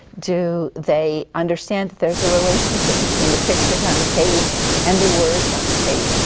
do they understand that there's a relationship between the pictures on the page and the words on the page?